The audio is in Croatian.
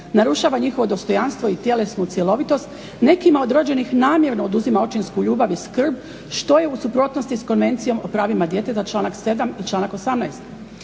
narušava njihovo dostojanstvo i tjelesnu cjelovitost. Nekima od rođenih namjerno oduzima očinsku ljubav i skrb što je u suprotnosti s Konvencijom o pravima djeteta članak 7. i članak 18.